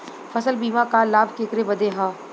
फसल बीमा क लाभ केकरे बदे ह?